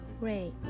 ray